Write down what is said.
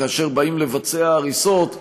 כאשר באים לבצע הריסות,